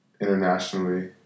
internationally